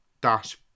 Dash